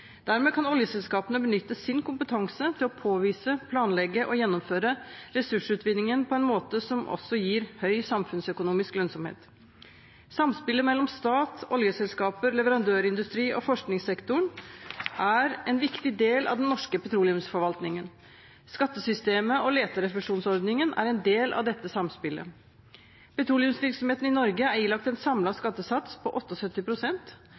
Dermed kan oljeselskapene benytte sin kompetanse til å påvise, planlegge og gjennomføre ressursutvinningen på en måte som også gir høy samfunnsøkonomisk lønnsomhet. Samspillet mellom stat, oljeselskaper, leverandørindustri og forskningssektoren er en viktig del av den norske petroleumsforvaltningen. Skattesystemet og leterefusjonsordningen er en del av dette samspillet. Petroleumsvirksomheten i Norge er ilagt en samlet skattesats på